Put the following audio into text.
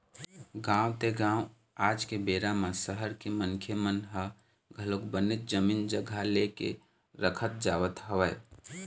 गाँव ते गाँव आज के बेरा म सहर के मनखे मन ह घलोक बनेच जमीन जघा ले के रखत जावत हवय